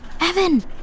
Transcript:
Evan